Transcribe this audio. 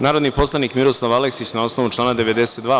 Narodni poslanik Miroslav Aleksić, na osnovu člana 92.